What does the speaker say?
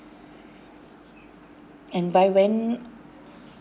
and by when